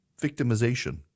victimization